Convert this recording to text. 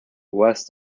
west